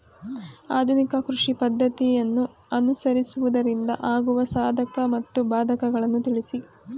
ಆಧುನಿಕ ಕೃಷಿ ಪದ್ದತಿಯನ್ನು ಅನುಸರಿಸುವುದರಿಂದ ಆಗುವ ಸಾಧಕ ಮತ್ತು ಬಾಧಕಗಳನ್ನು ತಿಳಿಸಿ?